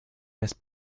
miss